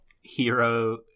Hero